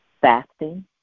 fasting